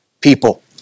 People